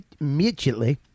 immediately